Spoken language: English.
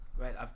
Right